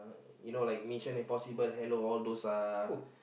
you know like Mission Impossible hello all those are